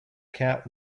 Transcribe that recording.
cat